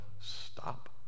stop